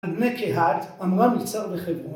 בני קהת, עמרם, יצהר וחברון